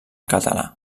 català